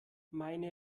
meine